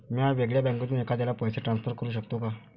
म्या वेगळ्या बँकेतून एखाद्याला पैसे ट्रान्सफर करू शकतो का?